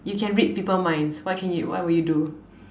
you can read people minds what can you what will you do